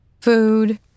food